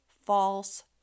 false